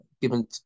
given